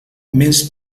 més